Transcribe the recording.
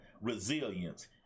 resilience